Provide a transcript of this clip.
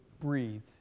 breathe